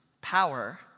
power